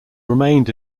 remained